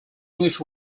english